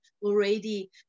already